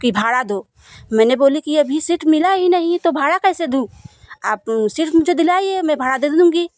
कि भाड़ा दो मैंने बोली की अभी सीट मिला ही नहीं तो भाड़ा कैसे दूँ आप सीट मुझे दिलाइए मैं भाड़ा दे दूँगी